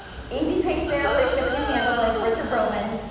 easy pay there, free shipping and handling. richard roman,